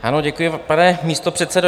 Ano, děkuji, pane místopředsedo.